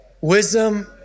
Wisdom